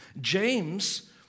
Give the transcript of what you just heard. James